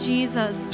Jesus